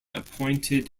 appointed